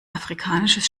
afrikanisches